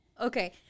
Okay